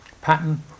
pattern